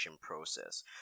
process